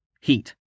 Heat